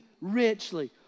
richly